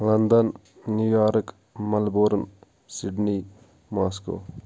London New York Malappuram Sydney Moscow